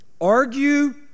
Argue